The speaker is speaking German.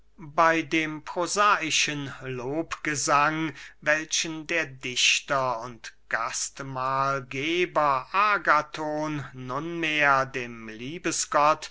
bey dem prosaischen lobgesang welchen der dichter und gastmahlgeber agathon nunmehr dem